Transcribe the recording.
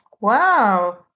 Wow